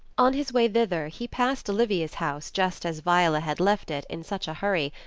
on his way thither he passed olivia's house just as viola had left it in such a hurry,